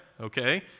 okay